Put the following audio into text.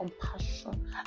compassion